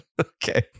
okay